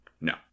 No